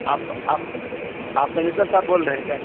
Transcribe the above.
آپ آپ آپ پرینسپل صاحب بول رہے ہیں کیا